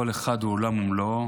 כל אחד הוא עולם ומלואו,